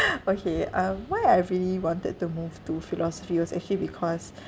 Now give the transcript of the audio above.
okay um why I really wanted to move to philosophy was actually because